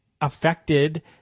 affected